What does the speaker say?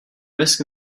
risk